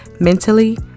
mentally